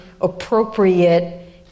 appropriate